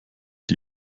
die